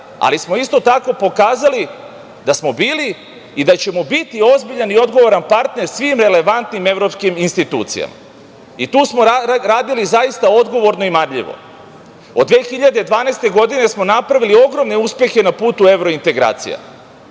ali smo isto tako pokazali da smo bili i da ćemo biti ozbiljan i odgovoran partner svim relevantnim evropskim institucijama.I tu smo radili zaista odgovorno i marljivo. Od 2012. godine smo napravili ogromne uspehe na putu evrointegracija,